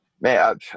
Man